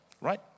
right